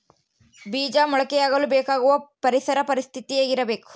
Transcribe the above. ಬೇಜ ಮೊಳಕೆಯಾಗಲು ಬೇಕಾಗುವ ಪರಿಸರ ಪರಿಸ್ಥಿತಿ ಹೇಗಿರಬೇಕು?